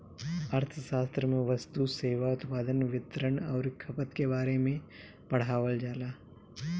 अर्थशास्त्र में वस्तु, सेवा, उत्पादन, वितरण अउरी खपत के बारे में पढ़ावल जाला